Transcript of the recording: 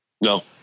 No